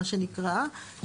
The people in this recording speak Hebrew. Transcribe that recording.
מה שנקרא,